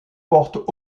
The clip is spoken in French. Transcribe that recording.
portent